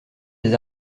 des